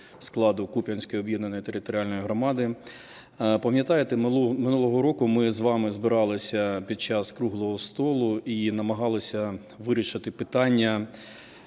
складу Куп'янської об'єднаної територіальної громади. Пам'ятаєте, минулого року ми з вами збиралися під час круглого столу і намагалися вирішити питання